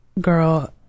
girl